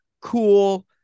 cool